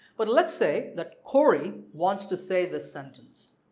but let's say that corey wants to say this sentence